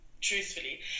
truthfully